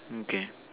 okay